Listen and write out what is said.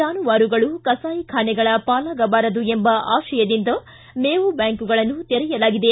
ಜಾನುವಾರುಗಳು ಕಸಾಯಿಖಾನೆಗಳ ಪಾಲಾಗಬಾರದು ಎಂಬ ಆಶಯದಿಂದ ಮೇವು ಬ್ಯಾಂಕುಗಳನ್ನು ತೆರೆಯಲಾಗಿದೆ